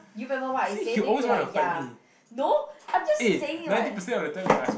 do you remember what I say then you like ya no I'm just saying like